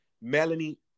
Melanie